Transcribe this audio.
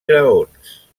graons